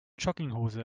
jogginghose